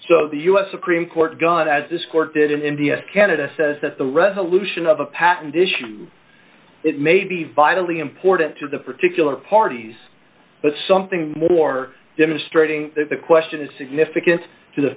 so the us supreme court gun as this court did in india canada says that the resolution of a patent issue it may be vitally important to the particular parties but something more demonstrating that the question is significant to the